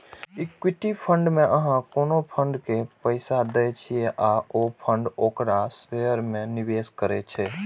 equity fund मे अहां कोनो फंड के पैसा दै छियै आ ओ फंड ओकरा शेयर मे निवेश करै छै